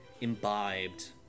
imbibed